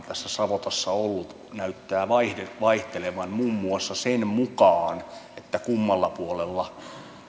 tässä savotassa ollut näyttävät vaihtelevan muun muassa sen mukaan kummalla puolella